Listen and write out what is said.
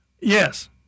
Yes